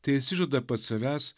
teišsižada pats savęs